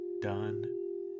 done